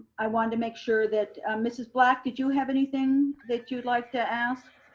i want to make sure that, mrs. black, did you have anything that you'd like to ask?